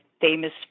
famous